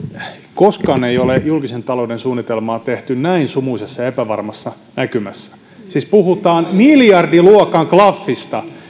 koskaan ei ole julkisen talouden suunnitelmaa tehty näin sumuisessa ja epävarmassa näkymässä siis puhutaan miljardiluokan klaffista